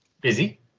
busy